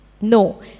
No